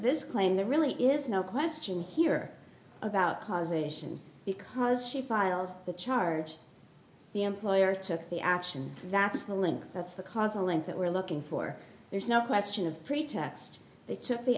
this claim there really is no question here about causation because she filed the charge the employer took the action that's the link that's the causal link that we're looking for there's no question of pretext they took the